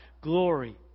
Glory